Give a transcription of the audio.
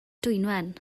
dwynwen